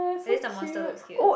at least the monster looks cute